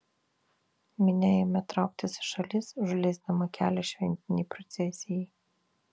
minia ėmė trauktis į šalis užleisdama kelią šventinei procesijai